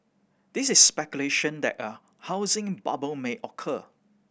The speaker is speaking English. there is speculation that a housing bubble may occur